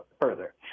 further